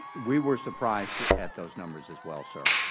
we were surprised at those numbers as well, sir.